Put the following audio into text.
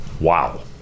Wow